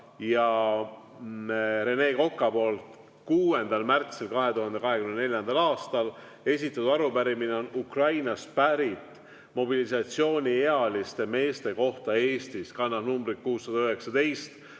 ja Rene Kokk 6. märtsil 2024. aastal. Esitatud arupärimine on Ukrainast pärit mobilisatsiooniealiste meeste kohta Eestis ja see kannab numbrit 619.